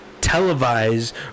televised